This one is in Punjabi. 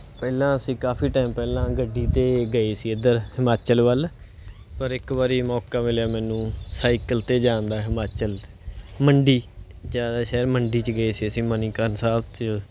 ਪਹਿਲਾਂ ਅਸੀਂ ਕਾਫੀ ਟਾਈਮ ਪਹਿਲਾਂ ਗੱਡੀ 'ਤੇ ਗਏ ਸੀ ਇੱਧਰ ਹਿਮਾਚਲ ਵੱਲ ਪਰ ਇੱਕ ਵਾਰੀ ਮੌਕਾ ਮਿਲਿਆ ਮੈਨੂੰ ਸਾਈਕਲ 'ਤੇ ਜਾਣ ਦਾ ਹਿਮਾਚਲ ਮੰਡੀ ਜ਼ਿਆਦਾ ਸ਼ਹਿਰ ਮੰਡੀ 'ਚ ਗਏ ਸੀ ਅਸੀਂ ਮਨੀਕਰਨ ਸਾਹਿਬ 'ਚ